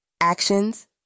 Actions